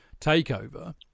takeover